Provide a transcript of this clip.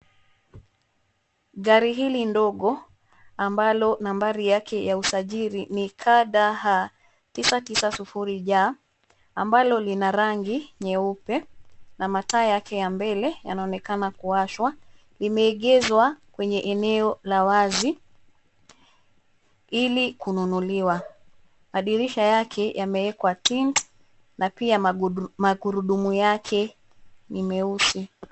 Gari hili ndogo, ambalo nambari yake ya usajili ni KDH, 990J , ambalo lina rangi nyeupe, na mataa yake ya mbele yanaonekana kuwashwa, limeegezwa, kwenye eneo la wazi, ili kununuliwa, madirisha yake yameekwa tint , na pia magurudumu yake, ni meusi.